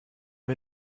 wir